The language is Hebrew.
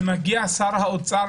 ומגיע שר האוצר,